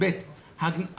דבר שני,